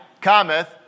cometh